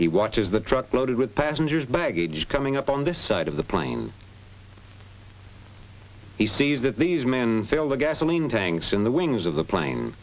he watches the truck loaded with passengers baggage coming up on this side of the plane he sees that these men fill the gasoline tanks in the wings of the plane